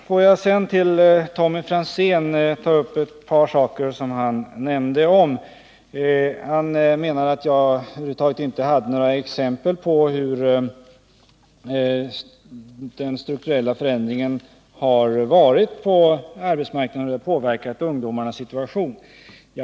Jag skall ta upp ett par saker som Tommy Franzén nämnde. Han menade att jag över huvud taget inte hade några exempel på hur den strukturella förändringen har varit på arbetsmarknaden och hur den påverkat ungdomarnas situation.